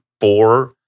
four